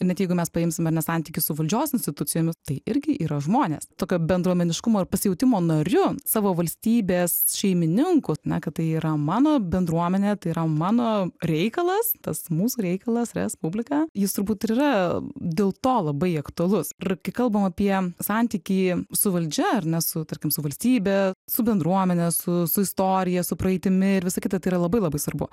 ir net jeigu mes paimsim ar ne santykį su valdžios institucijomis tai irgi yra žmonės tokio bendruomeniškumo ir pasijautimo nariu savo valstybės šeimininku na kad tai yra mano bendruomenė tai yra mano reikalas tas mūsų reikalas respublika jis turbūt ir yra dėl to labai aktualus ir kai kalbam apie santykį su valdžia ar ne su tarkim su valstybe su bendruomene su su istorija su praeitimi ir visa kita tai yra labai labai svarbu